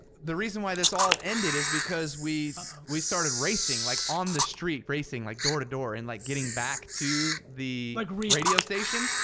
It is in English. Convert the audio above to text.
the reason why this all ended is because we we started racing like on the street racing. like door to door. and like getting back to the radio station.